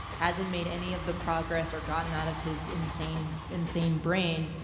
hasn't made any of the progress or gotten out of his insane insane brain.